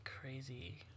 crazy